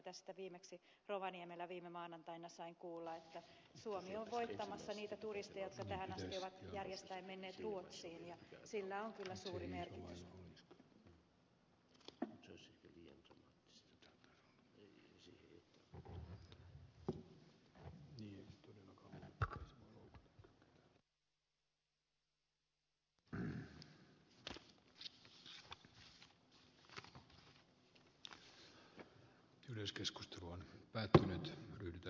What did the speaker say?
tästä viimeksi rovaniemellä viime maanantaina sain kuulla että suomi on voittamassa niitä turisteja jotka tähän asti ovat järjestään menneet ruotsiin ja sillä on päättänyt lykätä